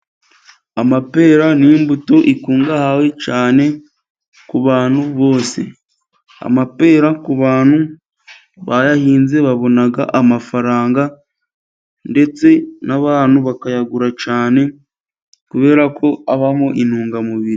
Amapera ni imbuto ikungahaye cyane ku bantu bose. Amapera ku bantu bayahinze babona amafaranga, ndetse n'abantu bakayagura cyane kubera ko abamo intungamubiri.